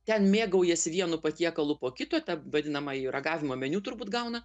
ten mėgaujasi vienu patiekalu po kito tą vadinamąjį ragavimo meniu turbūt gauna